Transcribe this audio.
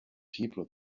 people